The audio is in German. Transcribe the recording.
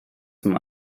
zum